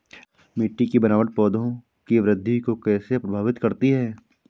मिट्टी की बनावट पौधों की वृद्धि को कैसे प्रभावित करती है?